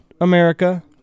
America